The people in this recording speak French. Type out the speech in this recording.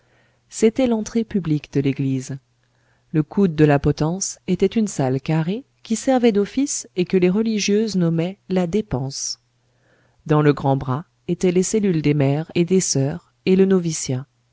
c'était l'entrée publique de l'église le coude de la potence était une salle carrée qui servait d'office et que les religieuses nommaient la dépense dans le grand bras étaient les cellules des mères et des soeurs et le